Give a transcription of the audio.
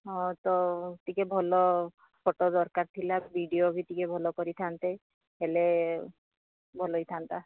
ହଁ ତ ଟିକେ ଭଲ ଫଟୋ ଦରକାର ଥିଲା ଭିଡିଓ ବି ଟିକେ ଭଲ କରିଥାନ୍ତେ ହେଲେ ଭଲ ହୋଇଥାନ୍ତା